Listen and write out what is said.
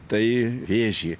tai vėžį